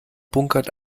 bunkert